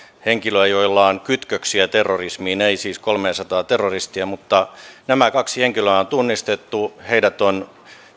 henkilöä joilla on kytköksiä terrorismiin ei siis kolmeasataa terroristia mutta nämä kaksi henkilöä on tunnistettu heidät on